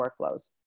workflows